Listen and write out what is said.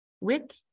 Wick